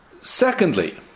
Secondly